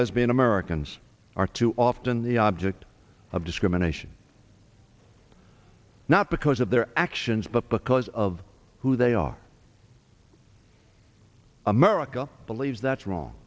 lesbian americans are too often the object of discrimination not because of their actions but because of who they are america believes that's wrong